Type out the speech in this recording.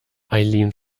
eileen